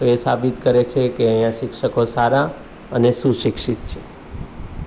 તો એ સાબિત કરે છે કે અહીંયા શિક્ષકો સારા અને સુશિક્ષિત છે